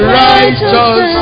righteous